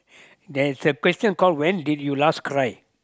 there is a question called when did you last cry